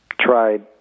tried